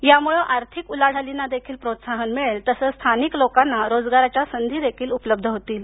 यामुळे आर्थिक उलाढालींना देखील प्रोत्साहन मिळेल तसंच स्थानिक लोकांना रोजगाराच्या संधी देखील उपलब्ध होतील